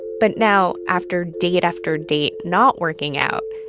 but now, after date after date not working out,